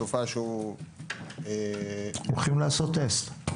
תופעה שהולכת וגוברת הולכים לעשות טסט,